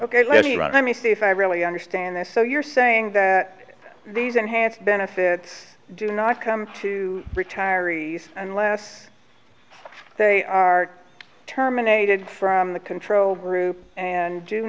run let me see if i really understand this so you're saying that these enhanced benefit do not come to retirees unless they are terminated from the control room and do